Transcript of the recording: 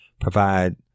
provide